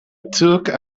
took